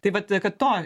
tai vat kad to